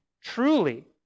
truly